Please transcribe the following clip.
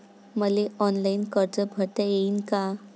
मले ऑनलाईन कर्ज भरता येईन का?